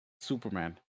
superman